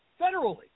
federally